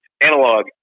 analog